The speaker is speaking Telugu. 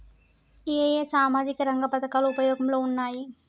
ఏ ఏ సామాజిక రంగ పథకాలు ఉపయోగంలో ఉన్నాయి?